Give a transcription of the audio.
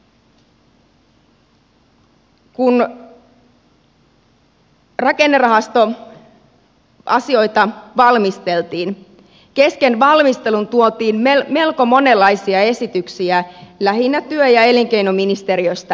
kun rakennerahastoasioita valmisteltiin kesken valmistelun tuotiin melko monenlaisia esityksiä lähinnä työ ja elinkei noministeriöstä neuvottelupöytiin